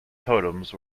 totems